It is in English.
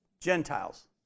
Gentiles